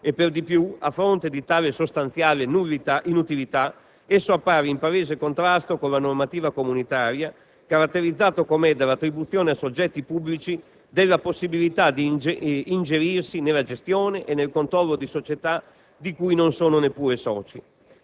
e, per di più, a fronte di tale sostanziale inutilità, esso appare in palese contrasto con la normativa comunitaria, caratterizzato com'è dall'attribuzione a soggetti pubblici della possibilità di ingerirsi nella gestione e nel controllo di società di cui non sono neppure soci;